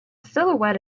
silhouette